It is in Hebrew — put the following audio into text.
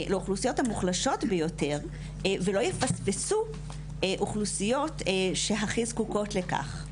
לאוכלוסיות המוחלשות ביותר ולא יפספסו אוכלוסיות שהכי זקוקות לכך.